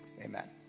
amen